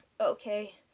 Okay